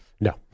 No